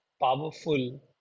powerful